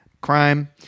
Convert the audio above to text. Crime